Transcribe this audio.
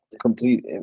complete